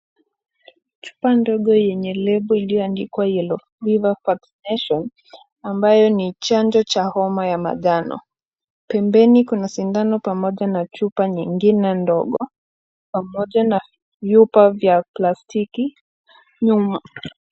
Chupa ndogo yenye lebo ya yellow fever vaccination ambayo ni chanjo ya homa ya madhano. Pembeni kuna sindano pamoja na chupa nyingine ndogo pamoja na chupa za plastiki.